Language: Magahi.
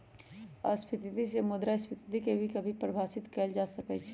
अतिस्फीती से मुद्रास्फीती के भी कभी कभी परिभाषित कइल जा सकई छ